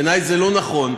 בעיני זה לא נכון.